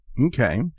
Okay